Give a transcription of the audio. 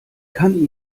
kann